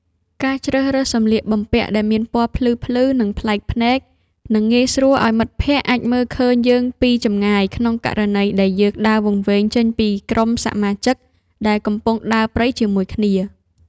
ការជ្រើសរើសសំលៀកបំពាក់ដែលមានពណ៌ភ្លឺៗ និង ប្លែកភ្នែកនឹងងាយស្រួលឱ្យមិត្តភក្តិអាចមើលឃើញយើងពីចម្ងាយក្នុងករណីដែលយើងដើរវង្វេងចេញពីក្រុមសមាជិកដែលកំពុងដើរព្រៃជាមួយគ្នា។